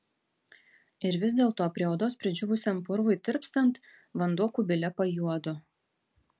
ir vis dėlto prie odos pridžiūvusiam purvui tirpstant vanduo kubile pajuodo